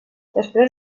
després